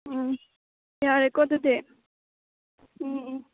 ꯎꯝ ꯌꯥꯔꯦꯀꯣ ꯑꯗꯨꯗꯤ ꯎꯝ ꯎꯝ